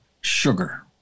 sugar